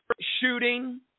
shooting